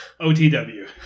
OTW